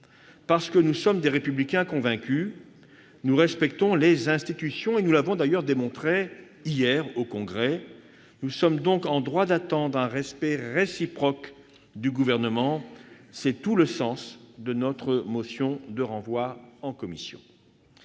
Parce que nous sommes des républicains convaincus, nous respectons les institutions, et nous l'avons d'ailleurs démontré, hier, au Congrès. Nous sommes donc en droit d'attendre un respect réciproque de la part du Gouvernement. C'est tout le sens de notre motion de renvoi à la commission.